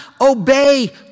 obey